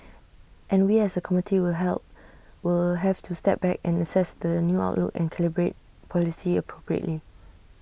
and we as A committee will help will have to step back and assess the new outlook and calibrate policy appropriately